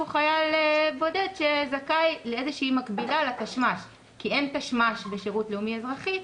חייל בודד שזכאי לאיזושהי מקבילה לתשמ"ש כי אין תשמ"ש בשירות לאומי אזרחי,